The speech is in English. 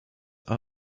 are